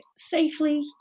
safely